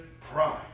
pride